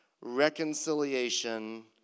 reconciliation